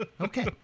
Okay